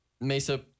Mesa